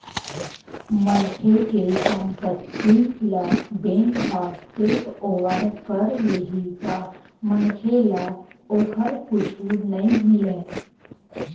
मनखे के संपत्ति ल बेंक ह टेकओवर कर लेही त मनखे ल ओखर कुछु नइ मिलय